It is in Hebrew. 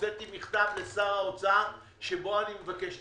הוצאתי גם מכתב לשר האוצר שבו אני מבקש.